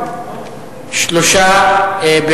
בעד 3,